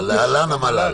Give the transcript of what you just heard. --- המל"ל.